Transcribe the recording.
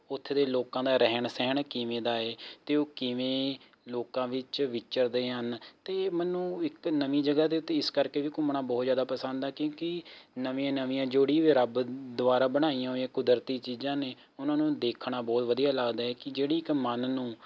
ਉੱਥੇ ਦੇ ਲੋਕਾਂ ਦਾ ਰਹਿਣ ਸਹਿਣ ਕਿਵੇਂ ਦਾ ਹੈ ਅਤੇ ਉਹ ਕਿਵੇਂ ਲੋਕਾਂ ਵਿੱਚ ਵਿਚਰਦੇ ਹਨ ਅਤੇ ਮੈਨੂੰ ਇੱਕ ਨਵੀਂ ਜਗ੍ਹਾ ਦੇ ਉੱਤੇ ਇਸ ਕਰਕੇ ਵੀ ਘੁੰਮਣਾ ਬਹੁਤ ਜ਼ਿਆਦਾ ਪਸੰਦ ਆ ਕਿਉਂਕਿ ਨਵੀਆਂ ਨਵੀਆਂ ਜਿਹੜੀ ਵੀ ਰੱਬ ਦੁਆਰਾ ਬਣਾਈਆਂ ਹੋਈਆਂ ਕੁਦਰਤੀ ਚੀਜ਼ਾਂ ਨੇ ਉਹਨਾਂ ਨੂੰ ਦੇਖਣਾ ਬਹੁਤ ਵਧੀਆ ਲੱਗਦਾ ਹੈ ਕਿ ਜਿਹੜੀ ਇੱਕ ਮਨ ਨੂੰ